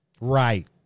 Right